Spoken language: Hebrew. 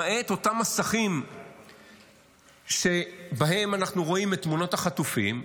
למעט אותם מסכים שבהם אנחנו רואים את תמונות החטופים,